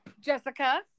Jessica